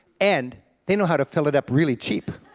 and they know how to fill it up really cheap.